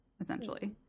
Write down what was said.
essentially